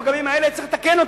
את הפגמים האלה צריך לתקן.